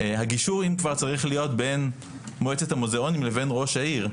הגישור אם כבר צריך להיות בין מועצת המוזיאונים לבין ראש העיר,